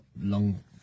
long